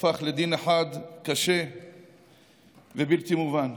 הפך לדין אחד קשה ובלתי מובן.